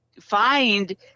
find